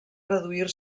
reduir